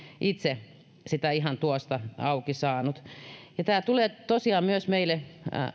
itse sitä ihan tuosta auki saanut tämä tulee tosiaan myös meille